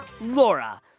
Laura